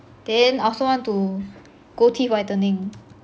then I also want to go teeth whitening